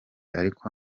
ariko